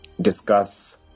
discuss